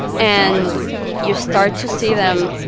and you start to see them,